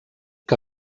que